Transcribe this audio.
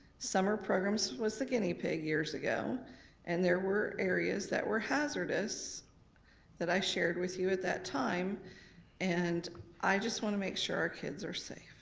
summer programs was the guinea pig years ago and there were areas that were hazardous that i shared with you at that time and i just wanna make sure our kids are safe.